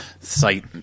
site